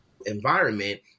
environment